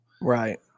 Right